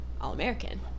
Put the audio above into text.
All-American